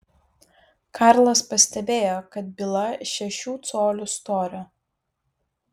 karlas pastebėjo kad byla šešių colių storio